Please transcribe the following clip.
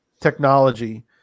technology